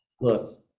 Look